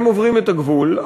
הם עוברים את הגבול,